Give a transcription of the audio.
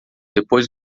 depois